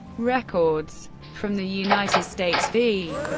records from the united states v.